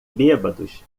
bêbados